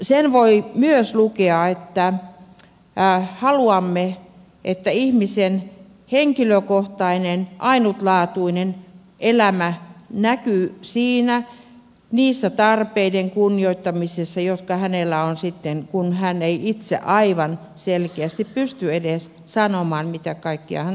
sen voi myös lukea että haluamme että ihmisen henkilökohtainen ainutlaatuinen elämä näkyy niiden tarpeiden kunnioittamisessa jotka hänellä on sitten kun hän ei itse aivan selkeästi pysty edes sanomaan mitä kaikkea apua hän tarvitsee